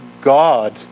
God